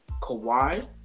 Kawhi